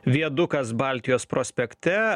viadukas baltijos prospekte